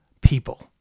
people